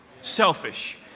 selfish